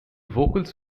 vocals